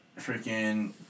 freaking